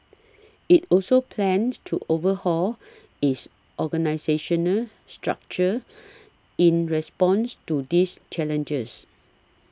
it also plans to overhaul its organisational structure in response to these challenges